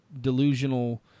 delusional